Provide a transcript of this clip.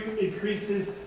increases